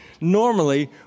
Normally